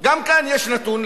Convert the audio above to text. גם כאן יש נתון,